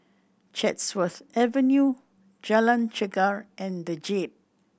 Chatsworth Avenue Jalan Chegar and The Jade